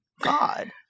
God